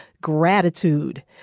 gratitude